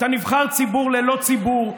אתה נבחר ציבור ללא ציבור.